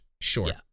Sure